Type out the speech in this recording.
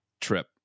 trip